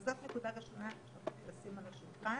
אז זאת נקודה ראשונה שצריך לשים על השולחן.